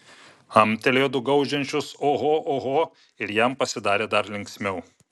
amtelėjo du gaudžiančius oho oho ir jam pasidarė dar linksmiau